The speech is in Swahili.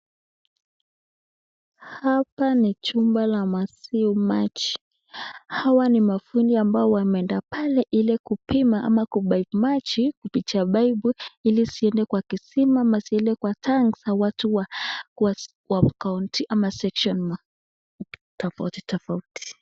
Hapa ni chumba ya maji haw ni mafundi ambao wameenda pale hili kupima ama kupaik maji kupitia paipu hili kuenda Kwa kisiwa ama kwa tangi ya watu ya Jiji tafauti tafauti.